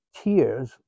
tears